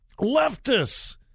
leftists